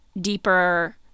deeper